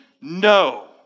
no